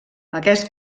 aquest